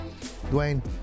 Dwayne